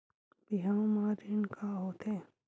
बिहाव म ऋण का होथे?